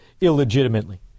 illegitimately